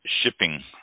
shipping